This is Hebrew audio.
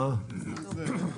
מה זה?